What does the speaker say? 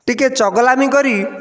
ଟିକିଏ ଚଗଲାମି କରି